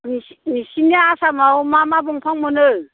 नो नोंसिनि आसामाव मा मा दंफां मोनो